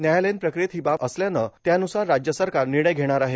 न्यायालयीन प्रक्रियेत ही बाब असल्यानं त्यानुसार राज्य सरकार निर्णय घेणार आहे